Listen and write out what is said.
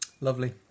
Lovely